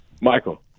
Michael